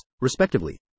respectively